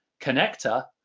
connector